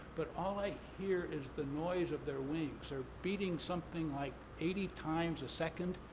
but all i hear is the noise of their wings. they're beating something like eighty times a second,